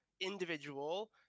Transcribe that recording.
individual